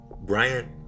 Bryant